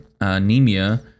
anemia